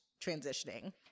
transitioning